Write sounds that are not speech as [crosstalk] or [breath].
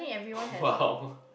[breath] !wow!